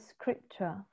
scripture